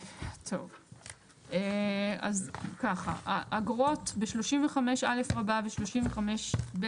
אז ככה - האגרות ב-35א ו-35ב,